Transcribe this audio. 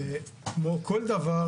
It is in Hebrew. כמו כל דבר,